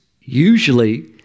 usually